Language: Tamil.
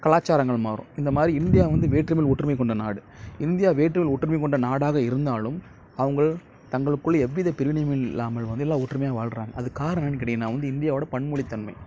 கலாச்சாரங்கள் மாறும் இந்த மாதிரி இந்தியா வந்து வேற்றுமையில் ஒற்றுமை கொண்ட நாடு இந்தியா வேற்றுமையில் ஒற்றுமை கொண்ட நாடாக இருந்தாலும் அவங்கள் தங்களுக்குள் எவ்வித பிரிவினையும் இல்லாமல் வந்து எல்லா ஒற்றுமையாக வாழ்றாங்க அதுக்கு காரணம் என்னன்னு கேட்டிங்கனா வந்து இந்தியாவோட பன்மொழித் தன்மை